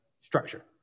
structure